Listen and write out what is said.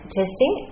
testing